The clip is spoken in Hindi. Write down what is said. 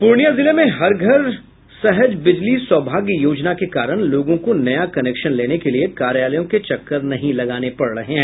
पूर्णियां जिले में हर घर सहज बिजली सौभाग्य योजना के कारण लोगों को नया कनेक्शन के लिए कार्यालयों के चक्कर नहीं लगाना पड़ रहा है